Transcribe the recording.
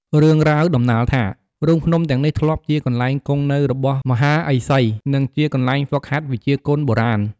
រឿងរ៉ាវដំណាលថា រូងភ្នំទាំងនេះធ្លាប់ជាកន្លែងគង់នៅរបស់មហាឥសី និងជាកន្លែងហ្វឹកហាត់វិជ្ជាគុនបុរាណ។